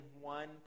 one